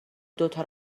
دوتا